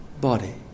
body